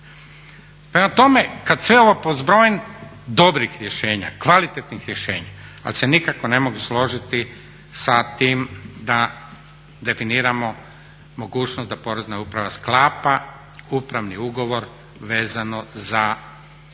Prema tome, kad sve ovo pozbrojim dobrih rješenja, kvalitetnih rješenja ali se nikako ne mogu složiti sa tim da definiramo mogućnost da porezna uprava sklapa upravni ugovor vezano za predstečajne